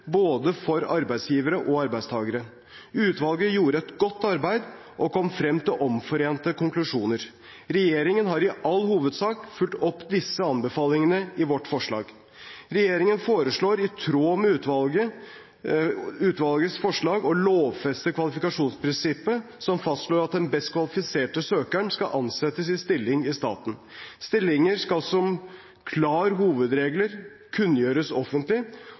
både for arbeidsgivere og for arbeidstakere. Utvalget gjorde et godt arbeid og kom frem til omforente konklusjoner. Regjeringen har i all hovedsak fulgt opp disse anbefalingene i sitt forslag. Regjeringen foreslår, i tråd med utvalgets forslag, å lovfeste kvalifikasjonsprinsippet, som fastslår at den best kvalifiserte søkeren skal ansettes i stilling i staten. Stillinger skal som klar hovedregel kunngjøres offentlig,